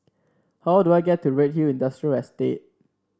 how do I get to Redhill Industrial Estate